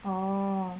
oh